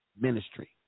ministry